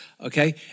Okay